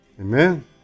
Amen